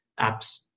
apps